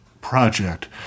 project